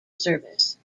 service